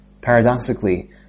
Paradoxically